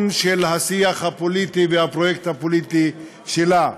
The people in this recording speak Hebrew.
של השיח הפוליטי ושל הפרויקט הפוליטי שלה.